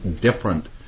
Different